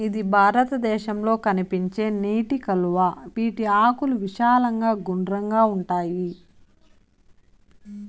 ఇది భారతదేశంలో కనిపించే నీటి కలువ, వీటి ఆకులు విశాలంగా గుండ్రంగా ఉంటాయి